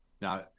Now